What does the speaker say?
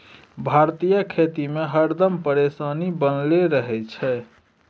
भारतीय खेती में हरदम परेशानी बनले रहे छै